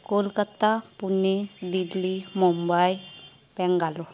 Kolkata Pune Delhi Mumbai Bangalore